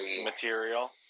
material